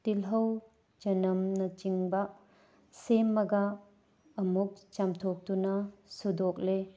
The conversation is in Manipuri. ꯇꯤꯜꯍꯧ ꯆꯅꯝꯅꯆꯤꯡꯕ ꯁꯦꯝꯃꯒ ꯑꯃꯨꯛ ꯆꯥꯝꯊꯣꯛꯇꯨꯅ ꯁꯨꯗꯣꯛꯂꯦ